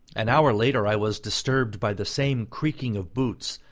an hour later i was disturbed by the same creaking of boots,